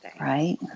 right